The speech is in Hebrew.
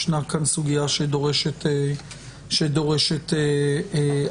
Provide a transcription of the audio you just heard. ישנה כאן סוגיה שדורשת הבהרה.